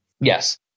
Yes